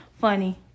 Funny